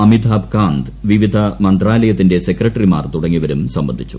അമിതാഭ് കാന്ത് വിവിധ മന്ത്രാലയത്തിന്റെ സെക്രട്ടറിമാർ തുടങ്ങിയവരും സംബന്ധിച്ചു